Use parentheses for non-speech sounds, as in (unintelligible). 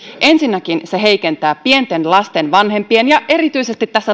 ensinnäkin se heikentää pienten lasten vanhempien ja tässä (unintelligible)